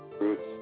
roots